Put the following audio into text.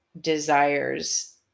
desires